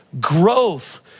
growth